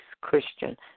Christian